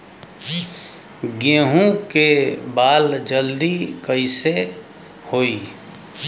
गेहूँ के बाल जल्दी कईसे होई?